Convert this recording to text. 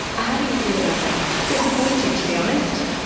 how do you feel about that? disappointed, to be honest.